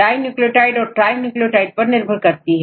die nucleotide और trinucleotide पर निर्भर करती है